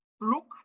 look